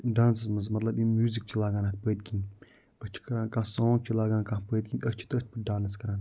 ڈانسَس منٛز مطلب یِم میوٗزِک چھِ لاگان اَتھ پٔتۍ کِنۍ أسۍ چھِ کران کانٛہہ سانَگ چھِ لاگان کانٛہہ پٔتۍ کِنۍ أسۍ چھِ تٔتھۍ پٮ۪ٹھ ڈانَس کران